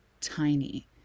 tiny